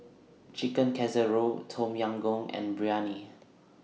Chicken Casserole Tom Yam Goong and Biryani